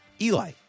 Eli